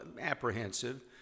apprehensive